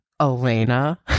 Elena